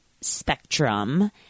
spectrum